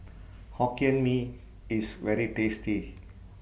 Hokkien Mee IS very tasty